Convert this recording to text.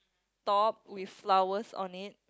top with flowers on it